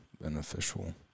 beneficial